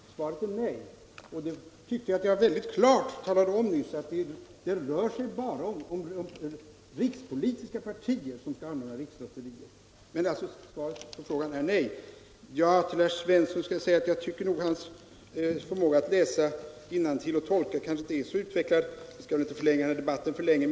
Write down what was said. Herr talman! Svaret på frågan är nej. Jag tycker att jag väldigt klart talade om nyss att det bara är rikspolitiska partier som skall få anordna rikslotterier. Till herr Svensson i Malmö vill jag säga att jag nog tycker att hans förmåga att läsa innantill och tolka kanske inte är så utvecklad. Vi skall väl inte förlänga den här debatten för mycket.